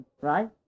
Right